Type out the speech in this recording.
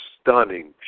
stunning